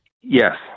Yes